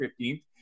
15th